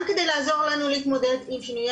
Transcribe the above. גם כדי לעזור לנו להתמודד עם שינויי